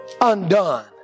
undone